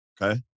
Okay